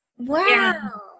Wow